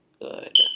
good